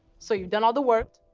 so you've done all the work.